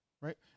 right